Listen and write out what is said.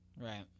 Right